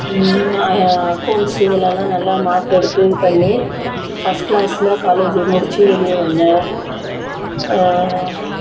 accounts இதுலெல்லாம் நல்லா mark எடுத்து இதுபண்ணி ஃபஸ்ட் கிளாஸில் காலேஜ் முடித்து வெளியே வந்தேன்